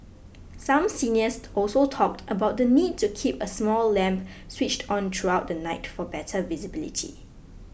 some seniors also talked about the need to keep a small lamp switched on throughout the night for better visibility